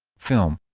film